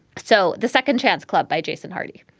so the second chance club by jason hardy